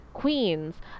Queens